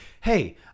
hey